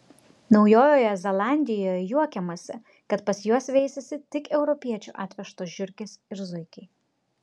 naujojoje zelandijoje juokiamasi kad pas juos veisiasi tik europiečių atvežtos žiurkės ir zuikiai